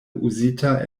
uzita